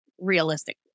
realistic